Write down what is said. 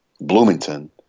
Bloomington